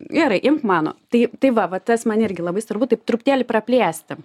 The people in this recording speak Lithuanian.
gerai imk mano tai tai va va tas man irgi labai svarbu taip truputėlį praplėsti